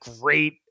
great